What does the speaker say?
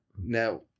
now